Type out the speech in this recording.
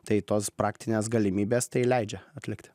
tai tos praktinės galimybės tai leidžia atlikti